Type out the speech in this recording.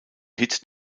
hit